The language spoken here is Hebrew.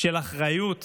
של אחריות